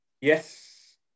Yes